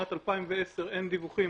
משנת 2010 אין דיווחים